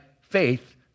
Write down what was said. faith